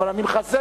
אבל אני מחזק,